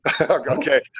Okay